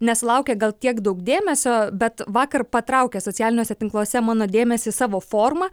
nesulaukė gal kiek daug dėmesio bet vakar patraukė socialiniuose tinkluose mano dėmesį savo forma